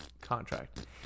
contract